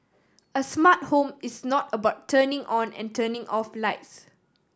a smart home is not about turning on and turning off lights